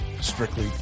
Strictly